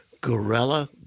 Gorilla